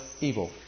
evil